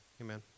Amen